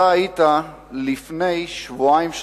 אתה היית לפני שבועיים,